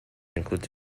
includes